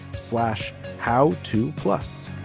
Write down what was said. slash how to plus.